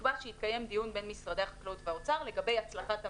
נקבע שיתקיים דיון בין משרדי החקלאות והאוצר לגבי הצלחת המהלך,